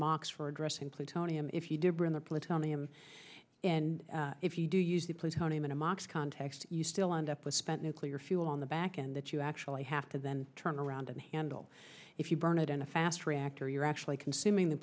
mox for addressing plutonium if you did bring the plutonium and if you do use the plutonium in a mox context you still end up with spent nuclear fuel on the back and that you actually have to then turn around and handle if you burn it in a fast reactor you're actually consuming the